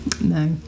no